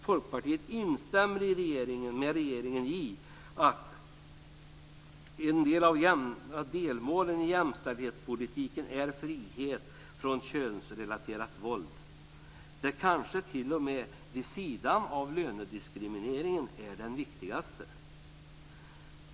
Folkpartiet instämmer med regeringen i att ett av delmålen i jämställdhetspolitiken är frihet från könsrelaterat våld. Det kanske t.o.m. vid sidan av lönediskrimineringen är det viktigaste.